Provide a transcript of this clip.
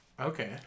okay